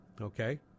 Okay